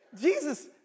Jesus